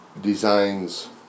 designs